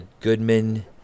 Goodman